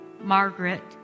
Margaret